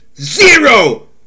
zero